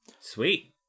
Sweet